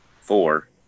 four